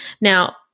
now